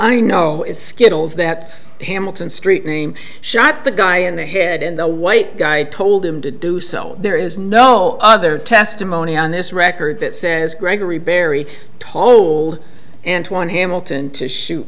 i know is skittles that hamilton street name shot the guy in the head in the white guy told him to do so there is no other testimony on this record that says gregory barry told and one hamilton to shoot